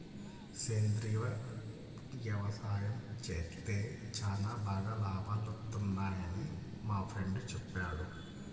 సేంద్రియ యవసాయం చేత్తే చానా బాగా లాభాలొత్తన్నయ్యని మా ఫ్రెండు చెప్పాడు